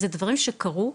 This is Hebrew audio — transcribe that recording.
אלו דברים שקרו,